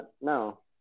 no